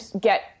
get